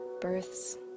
Births